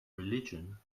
religion